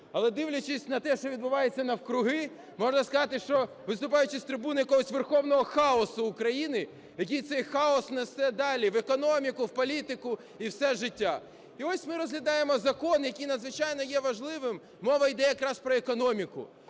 але дивлячись на те, що відбувається навкруги, можна сказати, що виступаючи з трибуни якогось верховного хаосу України, який цей хаос несе далі: в економіку, в політику і в усе життя. І ось ми розглядаємо закон, який надзвичайно є важливим. Мова йде якраз про економіку.